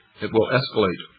it will escalate